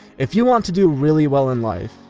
if you want to do really well in life,